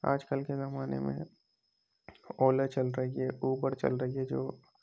آج کل کے زمانے میں اولا چل رہی ہے اوبرچل رہی ہے جو